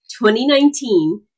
2019